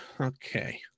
okay